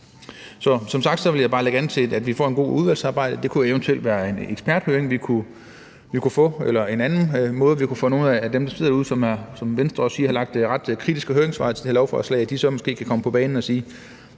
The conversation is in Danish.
Så som sagt vil jeg bare lægge op til, at vi får en god udvalgsbehandling – det kunne jo eventuelt være en eksperthøring, som vi kunne få, eller vi kunne på en anden måde få nogle af dem, der, som Venstre siger, har givet ret kritiske høringssvar til det her lovforslag, til måske at komme på banen og sige: